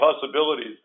possibilities